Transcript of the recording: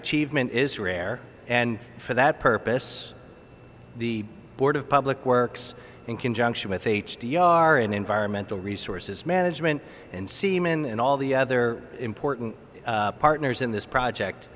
achievement is rare and for that purpose the board of public works in conjunction with h d r and environmental resources management and seamen and all the other important partners in this project